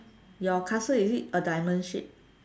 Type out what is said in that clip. your castle is it a diamond shape